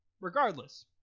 regardless